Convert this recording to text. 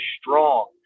strong